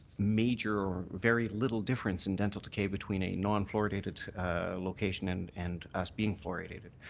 major very little difference in dental decay between a nonfluoridated location and and us being fluoridated.